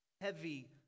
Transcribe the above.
heavy